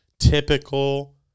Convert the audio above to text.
typical